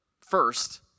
first